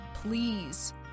Please